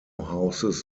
houses